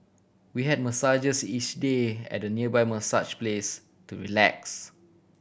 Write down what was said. we had massages each day at a nearby massage place to relax